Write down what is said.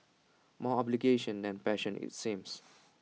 more obligation than passion its seems